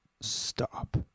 Stop